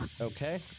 Okay